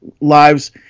lives